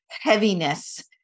heaviness